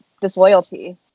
disloyalty